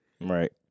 Right